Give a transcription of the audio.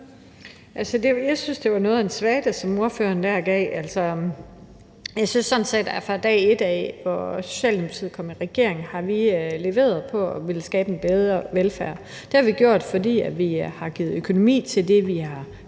(S): Jeg synes, det var noget af en svada, ordføreren kom med der. Jeg synes sådan set, at Socialdemokratiet fra dag et, hvor vi kom i regering, har leveret på at ville skabe en bedre velfærd. Det har vi gjort, fordi vi har sikret økonomi til det, vi har